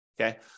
okay